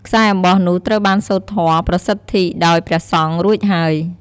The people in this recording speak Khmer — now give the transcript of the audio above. ខ្សែអំបោះនោះត្រូវបានសូត្រធម៌ ប្រសិទ្ធីដោយព្រះសង្ឃរួចហើយ។